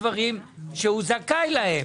הוא מפסיק לקבל דברים שהוא זכאי להם,